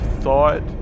thought